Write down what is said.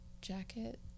jacket